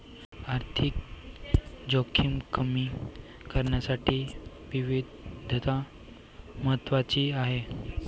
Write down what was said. आर्थिक जोखीम कमी करण्यासाठी विविधता महत्वाची आहे